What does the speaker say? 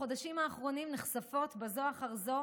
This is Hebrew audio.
בחודשים האחרונים נחשפות בזו אחר זו